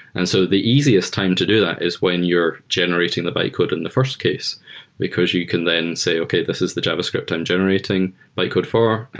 and so the easiest time to do that is when you're generating the bytecode in the first case because you can then say, okay, this is the javascript i'm generating bytecode for.